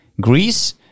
Greece